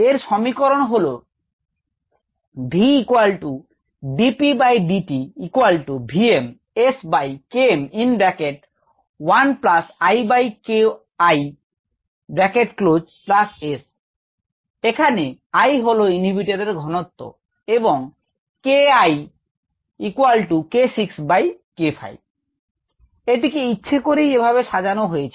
এর সমীকরণ হলো এখানে I হল ইনহিবিটর এর ঘনত্ব এবং এটিকে ইচ্ছে করেই এভাবে সাজানো হয়েছে